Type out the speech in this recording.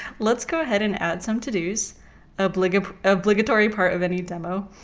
let's go ahead and add some to dos obligatory obligatory part of any demo.